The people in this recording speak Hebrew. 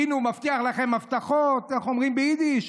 הינה, הוא מבטיח לכם הבטחות, איך אומרים ביידיש?